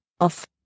off